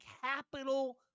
capital